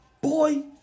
Boy